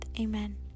Amen